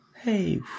hey